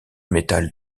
métal